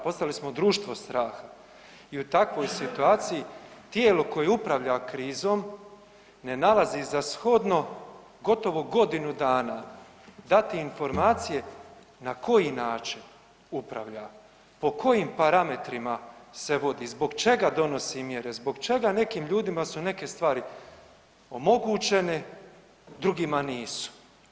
Postali smo društvo straha i u takvoj situaciji tijelo koje upravlja krizom ne nalazi za shodno gotovo godinu dana dati informacije na koji način upravlja, po kojim parametrima se vodi, zbog čega donosi mjere, zbog čega nekim ljudima su neke stvari omogućene, drugima nisu.